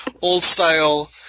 old-style